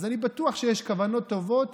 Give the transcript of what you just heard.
אז אני בטוח שיש כוונות טובות,